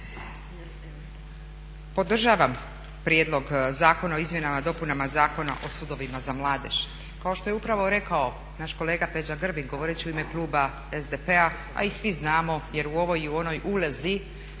Podržavam Prijedlog zakona o Izmjenama i dopunama Zakona o sudovima za mladež. Kao što je upravo rekao naš kolega Peđa Grbin, govoreći u ime kluba SDP-a a i svi znamo jer u ovoj i u onoj ulozi